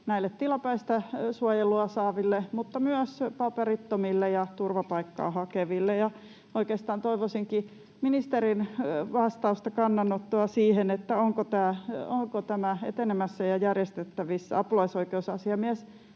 tilapäistä suojelua saaville mutta myös paperittomille ja turvapaikkaa hakeville. Oikeastaan toivoisinkin ministerin vastausta, kannanottoa siihen, onko tämä etenemässä ja järjestettävissä. Apulaisoikeusasiamies